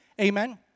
Amen